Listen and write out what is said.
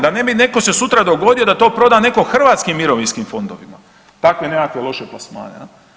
Da ne bi se netko sutra dogodio da to proda netko hrvatskim mirovinskim fondovima takve nekakve loše plasmane.